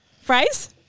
Fries